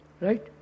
Right